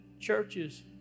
Churches